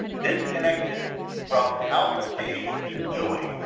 disconnected from how the patient is doing,